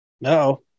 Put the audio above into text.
no